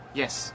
yes